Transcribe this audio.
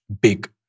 big